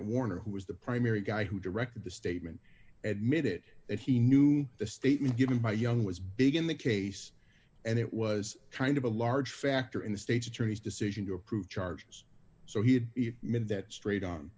defendant warner who was the primary guy who directed the statement at mit it that he knew the statement given by young was big in the case and it was kind of a large factor in the state's attorney's decision to approve charges so he had made that straight on